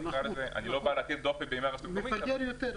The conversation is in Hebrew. אני לא בא להטיל דופי ברשות המקומית -- מפגר יותר,